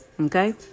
Okay